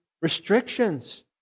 restrictions